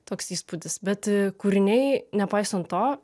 toks įspūdis bet kūriniai nepaisant to